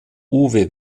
uwe